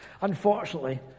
Unfortunately